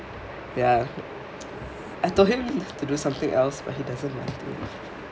ya I told him to do something else but he doesn't want to